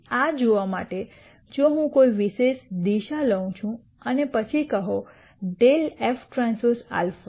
આ જોવા માટે જો હું કોઈ વિશેષ દિશા લઉં છું અને પછી કહો δ f T α